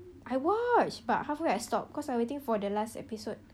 I watch but halfway I stopped cause I waiting for the last episode